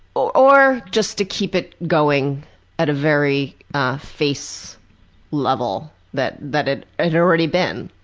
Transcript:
or or just to keep it going at a very face level that that it it had already been.